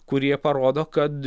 kurie parodo kad